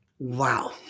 wow